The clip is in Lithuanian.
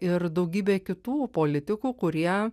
ir daugybė kitų politikų kurie